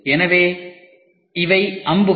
எனவே இவை அம்புகள்